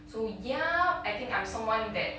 so ya I think I'm someone that